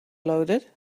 loaded